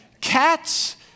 cats